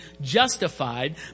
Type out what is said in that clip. justified